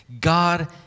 God